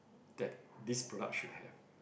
that this product should have